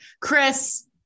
Chris